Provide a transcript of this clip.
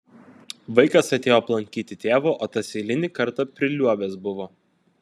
vaikas atėjo aplankyti tėvo o tas eilinį kartą priliuobęs buvo